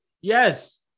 yes